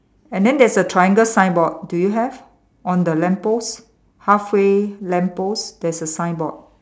and then there's a triangle signboard do you have on the lamppost halfway lamppost there's a signboard